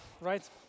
right